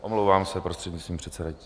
Omlouvám se, prostřednictvím předsedajícího.